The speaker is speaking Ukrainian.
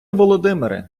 володимире